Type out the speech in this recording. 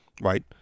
right